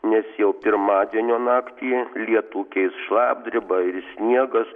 nes jau pirmadienio naktį lietų keis šlapdriba ir sniegas